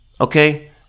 Okay